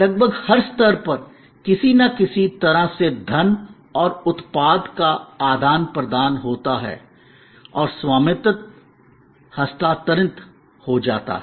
लगभग हर स्तर पर किसी न किसी तरह से धन और उत्पाद का आदान प्रदान होता है और स्वामित्व हस्तांतरित हो जाता है